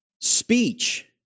Speech